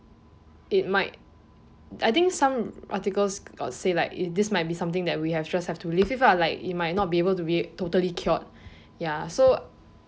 it might I think some articles got say like if this might be something that we have just have to live with lah like it might not be able to be totally cured ya so